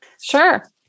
Sure